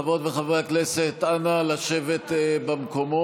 חברות וחברי הכנסת, אנא, לשבת במקומות.